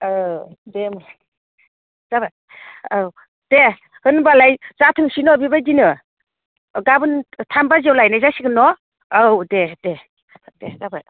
औ दे जाबाय दे होमब्लालाय जाथोसै न बिबायदिनो गाबोन थाम बाजियाव लायनाय जासिगोन न औ दे दे दे जाबाय